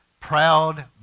proud